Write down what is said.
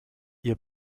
ihr